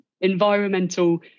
environmental